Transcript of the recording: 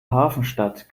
hafenstadt